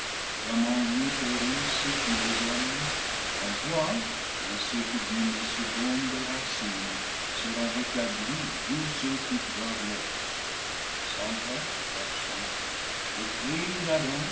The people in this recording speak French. en lui périssent tous les hommes en toi ainsi que d'une seconde racine seront rétablis tous ceux qui doivent l'être sans toi personne le crime